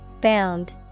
Bound